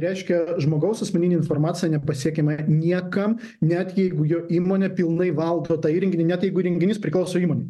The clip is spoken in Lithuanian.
reiškia žmogaus asmeninė informacija nepasiekiama niekam net jeigu jo įmonė pilnai valdo tą įrenginį net jeigu renginys priklauso įmonei